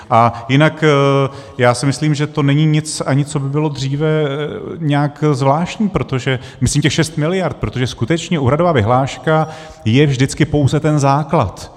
A jinak si myslím, že to není nic ani, co by bylo dříve nějak zvláštní, protože, myslím těch 6 miliard, skutečně úhradová vyhláška je vždycky pouze ten základ.